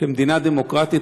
כמדינה דמוקרטית,